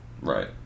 Right